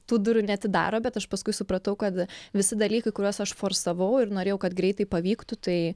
tų durų neatidaro bet aš paskui supratau kad visi dalykai kuriuos aš forsavau ir norėjau kad greitai pavyktų tai